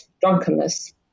drunkenness